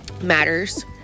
matters